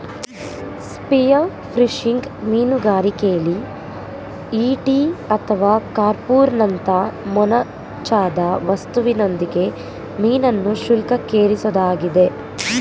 spearfishing ಮೀನುಗಾರಿಕೆಲಿ ಈಟಿ ಅಥವಾ ಹಾರ್ಪೂನ್ನಂತ ಮೊನಚಾದ ವಸ್ತುವಿನೊಂದಿಗೆ ಮೀನನ್ನು ಶೂಲಕ್ಕೇರಿಸೊದಾಗಿದೆ